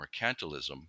mercantilism